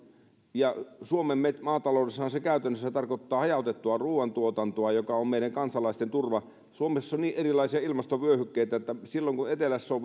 ja suomen maataloudessahan se käytännössä tarkoittaa hajautettua ruuantuotantoa on meidän kansalaisten turva suomessa on niin erilaisia ilmastovyöhykkeitä että silloin kun etelässä on